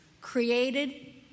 created